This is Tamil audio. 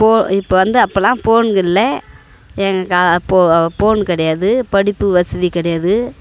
இப்போது இப்போது வந்து அப்போலாம் போன் இல்லை எங்களுக்கு அப்போது போன் கிடையாது படிப்பு வசதி கிடையாது